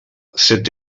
set